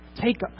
Take